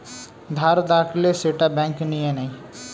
ধার রাখলে সেটা ব্যাঙ্ক নিয়ে নেয়